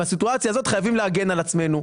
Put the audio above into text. מהסיטואציה הזאת אנחנו חייבים להגן על עצמנו.